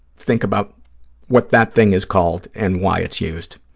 think about what that thing is called and why it's used.